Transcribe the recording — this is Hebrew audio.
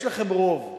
יש לכם רוב.